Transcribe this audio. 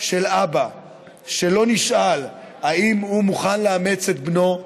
של אבא שלא נשאל אם הוא מוכן לאמץ את בנו,